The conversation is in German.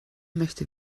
möchte